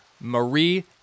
Marie